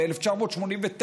ב-1989.